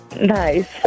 Nice